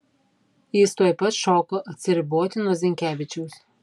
jis tuoj pat šoko atsiriboti nuo zinkevičiaus